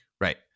right